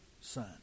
son